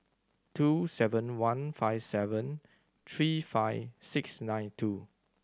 two seven one five seven three five six nine two